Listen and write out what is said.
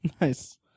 Nice